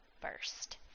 first